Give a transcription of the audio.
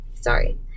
sorry